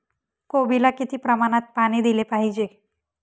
कोबीला किती प्रमाणात पाणी दिले पाहिजे?